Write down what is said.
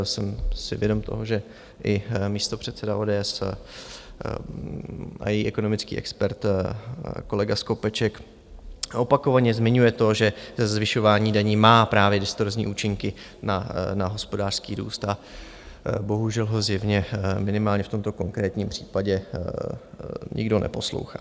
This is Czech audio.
Jsem si vědom toho, že i místopředseda ODS a její ekonomický expert kolega Skopeček opakovaně zmiňuje to, že zvyšování daní má právě distorzní účinky na hospodářský růst, a bohužel ho zjevně minimálně v tomto konkrétním případě nikdo neposlouchá.